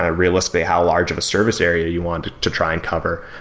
ah realistically how large of a service area you want to try and cover.